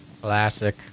Classic